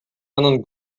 анын